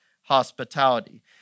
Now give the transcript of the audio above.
hospitality